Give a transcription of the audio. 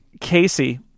Casey